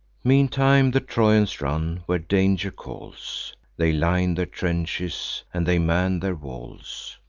meantime the trojans run, where danger calls they line their trenches, and they man their walls.